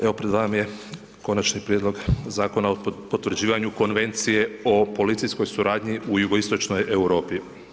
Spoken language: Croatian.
Evo pred vama je Konačni prijedlog Zakona o potvrđivanju Konvencije o policijskoj suradnji u jugoistočnoj Europi.